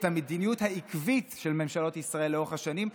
היא לא תואמת את המדיניות העקבית של ממשלות ישראל לאורך השנים,